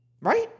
Right